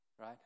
Right